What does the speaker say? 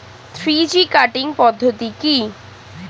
Three G cutting পদ্ধতি কি?